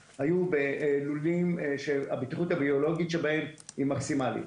בלולים בהם הבטיחות הביולוגית היא מקסימלית.